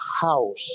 house